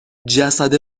جسد